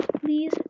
please